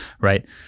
right